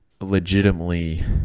legitimately